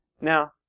Now